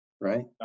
Right